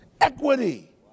equity